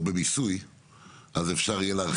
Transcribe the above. במיסוי אז אפשר יהיה להרחיב את זה.